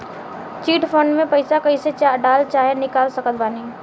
Chit fund मे पईसा कईसे डाल चाहे निकाल सकत बानी?